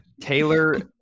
Taylor